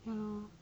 !hannor!